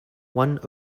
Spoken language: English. one